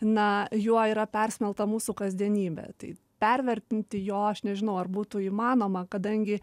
na juo yra persmelkta mūsų kasdienybė tai pervertinti jo aš nežinau ar būtų įmanoma kadangi